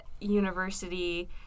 university